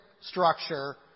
structure